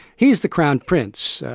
he's the crown prince,